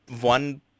one